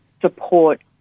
support